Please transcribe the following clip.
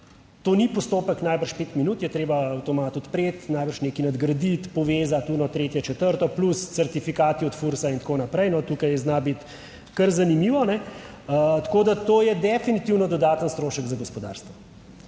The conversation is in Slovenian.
To ni postopek najbrž 5 minut, je treba avtomat odpreti, najbrž nekaj nadgraditi, povezati ono, tretje, četrto plus certifikati od FURSA in tako naprej. Tukaj zna biti kar zanimivo. Tako da, to je definitivno dodaten strošek za gospodarstvo.